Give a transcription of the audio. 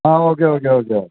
ആ okay okay okay